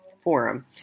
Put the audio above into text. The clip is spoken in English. forum